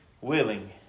willing